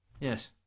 Yes